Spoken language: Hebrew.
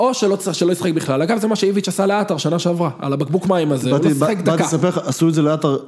או שלא צריך, שלא ישחק בכלל, אגב זה מה שאיביץ' עשה לעטר שנה שעברה, על הבקבוק מים הזה, הוא לא שיחק דקה. - באתי לספר לך, עשו את זה לעטר...